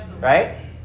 right